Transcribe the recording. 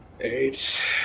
eight